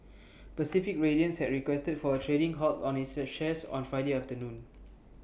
Pacific Radiance had requested for A trading halt on its A shares on Friday afternoon